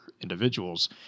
individuals